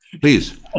Please